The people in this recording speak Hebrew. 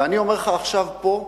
ואני אומר לך עכשיו פה: